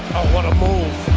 want to move